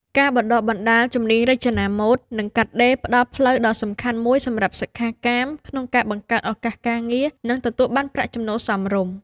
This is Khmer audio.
ការបណ្តុះបណ្តាលជំនាញរចនាម៉ូដ និងកាត់ដេរផ្តល់ផ្លូវដ៏សំខាន់មួយសម្រាប់សិក្ខាកាមក្នុងការ បង្កើតឱកាសការងារ និងទទួលបានប្រាក់ចំណូលសមរម្យ។